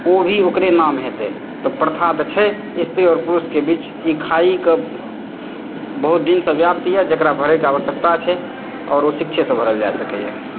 ओ भी ओकरे नाम हेतय तऽ प्रथा तऽ छै स्त्री आओर पुरुषके बीच ई खाइकऽ बहुत दिनसँ व्याप्त यऽ जेकरा भरयके आवश्यकता छै आओर ओ शिक्षेसँ भरल जा सकयए